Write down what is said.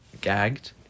Gagged